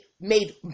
made